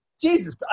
Jesus